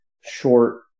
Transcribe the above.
short